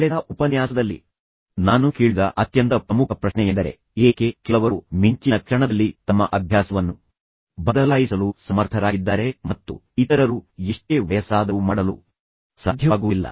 ಕಳೆದ ಉಪನ್ಯಾಸದಲ್ಲಿ ನಾನು ಕೇಳಿದ ಅತ್ಯಂತ ಪ್ರಮುಖ ಪ್ರಶ್ನೆಯೆಂದರೆ ಏಕೆ ಕೆಲವರು ಮಿಂಚಿನ ಕ್ಷಣದಲ್ಲಿ ತಮ್ಮ ಅಭ್ಯಾಸವನ್ನು ಬದಲಾಯಿಸಲು ಸಮರ್ಥರಾಗಿದ್ದಾರೆ ಮತ್ತು ಇತರರು ಎಷ್ಟೇ ವಯಸ್ಸಾದರೂ ಮಾಡಲು ಸಾಧ್ಯವಾಗುವುದಿಲ್ಲ